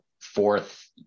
fourth